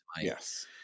yes